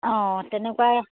অঁ তেনেকুৱা